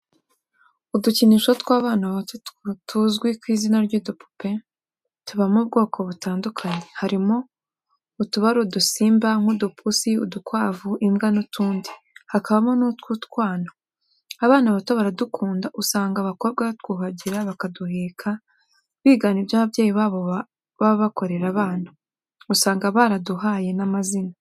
Udukinisho tw'abana bato tuzwi ku izina ry'udupupe, tubamo ubwoko butandukanye harimo utuba ari udusimba nk'udupusi, udukwavu, imbwa n'utundi, hakabamo n'utw'abana. Abana bato baradukunda usanga abakobwa batwuhagira bakaduheka, bigana ibyo ababyeyi babo baba bakorera abana, usanga baraduhaye n'amazina.